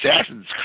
Assassin's